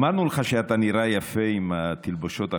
אמרנו לך שאתה נראה יפה עם התלבושות החדשות.